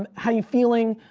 um how you feeling,